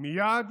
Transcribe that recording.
מייד